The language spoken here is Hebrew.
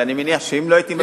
אבל אני מניח שאם לא הייתי,